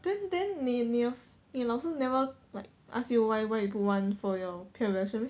then then 你你的老师 never like ask you why why you put one for your peer evaluation meh